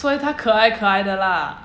所以她可爱可爱的 lah